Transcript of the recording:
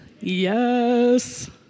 yes